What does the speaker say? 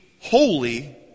holy